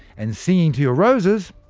and singing to your roses?